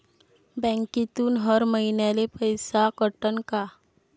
बँकेतून हर महिन्याले पैसा कटन का?